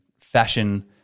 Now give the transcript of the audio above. fashion